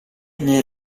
nel